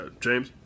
James